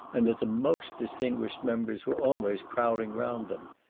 and that the most distinguished members were always crowding round them.